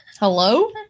Hello